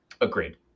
agreed